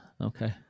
Okay